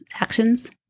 actions